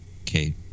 okay